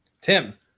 Tim